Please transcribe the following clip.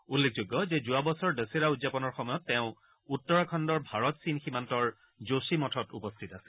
উল্লেখযোগ্য যে যোৱাবছৰ দছেৰা উদযাপনৰ সময়ত তেওঁ উত্তৰাখণ্ডৰ ভাৰত চীন সীমান্তৰ যোশী মঠত উপস্থিত আছিল